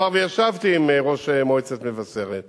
מאחר שישבתי עם ראש מועצת מבשרת,